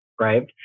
right